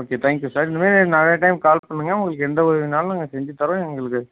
okay thank you sir இந்த மாதிரி நிறையா டைம் கால் பண்ணுங்கள் உங்களுக்கு எந்த உதவினாலும் நாங்கள் செய்துத் தரோம் எங்குளுக்கு